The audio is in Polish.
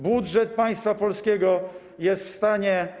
Budżet państwa polskiego jest w stanie.